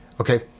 Okay